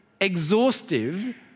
exhaustive